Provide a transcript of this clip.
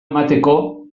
emateko